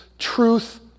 Truth